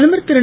பிரதமர் திரு